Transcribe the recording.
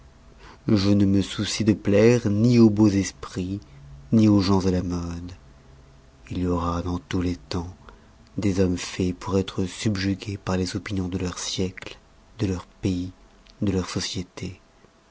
je ne me soucie de plaire ni aux beaux esprits ni aux gens à la mode il y aura dans tous les tems des hommes faits pour être subjugués par les opinions de leur siecle de leur pays de leur société